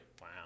Wow